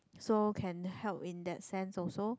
so can help in that sense also